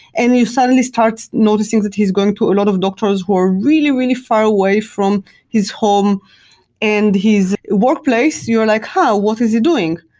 and you suddenly start noticing that he's going to a lot of doctors who are really, really far away from his home and his workplace. you are like, huh? what is he doing?